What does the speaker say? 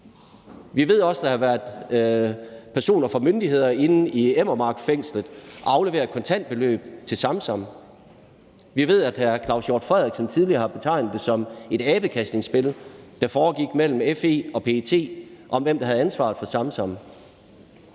Vi ved også, at der har været myndighedspersoner inde i Enner Mark Fængsel og aflevere et kontantbeløb til Samsam. Vi ved, at hr. Claus Hjort Frederiksen tidligere har betegnet det som et abekastningsspil, der foregik mellem FE og PET, om, hvem der havde ansvaret for Samsam.